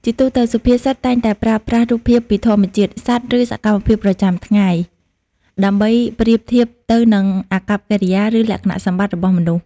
ជាទូទៅ សុភាសិតតែងតែប្រើប្រាស់រូបភាពពីធម្មជាតិ សត្វ ឬសកម្មភាពប្រចាំថ្ងៃ ដើម្បីប្រៀបធៀបទៅនឹងអាកប្បកិរិយា ឬលក្ខណៈសម្បត្តិរបស់មនុស្ស។